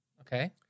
Okay